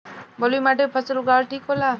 बलुई माटी पर फसल उगावल ठीक होला?